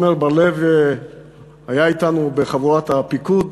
עמר בר-לב היה אתנו בחבורת הפיקוד,